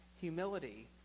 humility